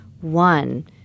one